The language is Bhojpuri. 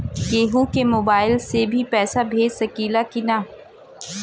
केहू के मोवाईल से भी पैसा भेज सकीला की ना?